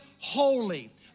holy